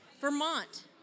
Vermont